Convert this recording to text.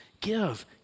Give